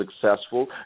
successful